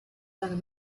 seiner